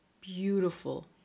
beautiful